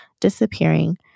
disappearing